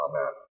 Amen